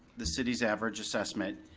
the city's average assessment.